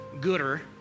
gooder